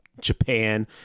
Japan